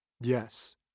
Yes